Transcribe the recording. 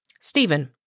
Stephen